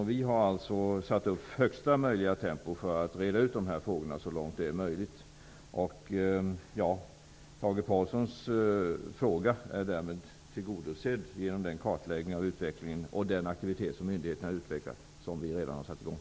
Vi har satt upp högsta möjliga tempo för att så långt det är möjligt reda ut dessa frågor. Det Tage Påhlsson efterfrågar blir därmed tillgodosett genom den kartläggning av utvecklingen som vi redan satt i gång och den aktivitet som myndigheterna utvecklat.